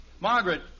Margaret